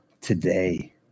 today